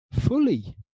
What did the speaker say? fully